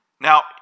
Now